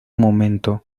momento